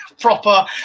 proper